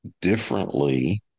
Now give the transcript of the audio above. differently